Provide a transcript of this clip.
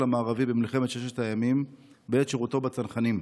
המערבי במלחמת ששת הימים בעת שירותו בצנחנים,